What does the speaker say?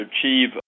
achieve